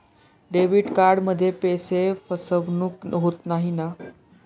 Debit कार्डमध्ये पैसे फसवणूक होत नाही ना?